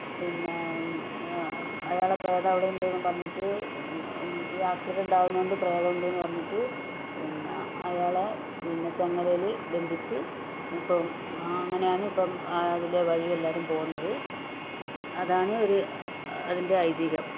പിന്നെ അയാളുടെ പ്രേതം അവിടെയുണ്ടെന്ന് പറഞ്ഞിട്ട് ഈ ആക്സിഡന്റാകുന്ന കൊണ്ട് പ്രേതമുണ്ടെന്ന് പറഞ്ഞിട്ട് പിന്നെ അയാളെ പിന്നെ ചങ്ങലയില് ബന്ധിച്ച് ഇപ്പം അങ്ങനെയാണിപ്പം അതിലെ വഴിയെ എല്ലാരും പോകുന്നത് അതാണ് ഒരു അതിന്റെ ഐതീഹ്യം